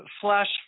flash